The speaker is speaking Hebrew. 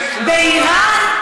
באיראן,